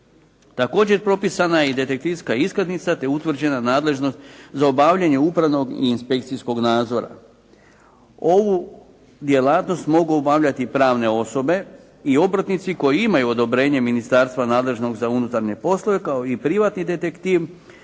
Također propisana je i detektivska iskaznica, te utvrđena nadležnost za obavljanje upravnog i inspekcijskog nadzora. Ovu djelatnost mogu obavljati pravne osobe i obrtnici koji imaju odobrenje ministarstva nalaženog za unutarnje poslove kao i privatni detektiv